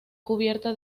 cubierta